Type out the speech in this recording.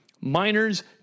minors